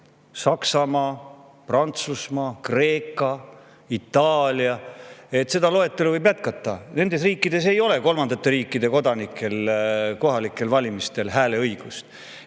Saksamaa, Prantsusmaa, Kreeka, Itaalia. Seda loetelu võib jätkata. Nendes riikides ei ole kolmandate riikide kodanikel kohalikel valimistel hääleõigust.